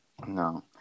No